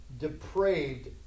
depraved